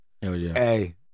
hey